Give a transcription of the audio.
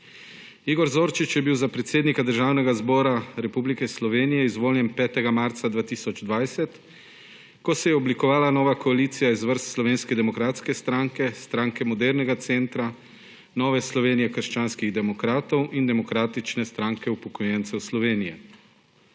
Igor Zorčič je bil za predsednika Državnega zbora Republike Slovenije izvoljen 5. marca 2020, ko se je oblikovala nova koalicija iz vrst Slovenske demokratske stranke, Stranke modernega centra, Nove Slovenije – krščanskih demokratov in Demokratične stranke upokojencev Slovenije.